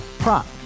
Prop